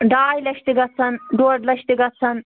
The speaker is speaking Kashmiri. ڈاے لَچھ تہِ گژھان ڈۄڑ لَچھ تہِ گژھان